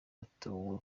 watorewe